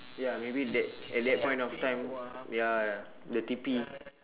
ya maybe that at that point of time ya ya the T_P